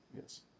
Yes